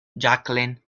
jacqueline